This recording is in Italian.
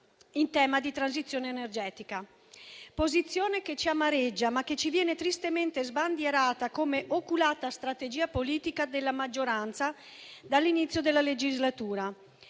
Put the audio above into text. in tema di transizione energetica. Tale posizione ci amareggia, ma ci viene tristemente sbandierata come oculata strategia politica della maggioranza dall'inizio della legislatura.